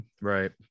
right